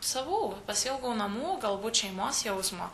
savų pasiilgau namų galbūt šeimos jausmo